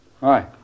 Hi